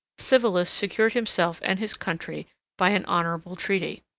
civilis secured himself and his country by an honorable treaty.